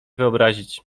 wyobrazić